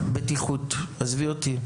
בטיחות נטו.